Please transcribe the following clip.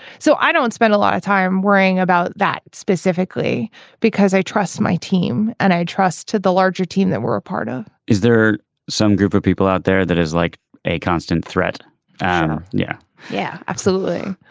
so i don't spend a lot of time worrying about that specifically because i trust my team and i trust to the larger team that we're a part of ah is there some group of people out there that has like a constant threat um yeah yeah absolutely.